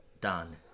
Done